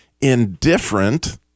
indifferent –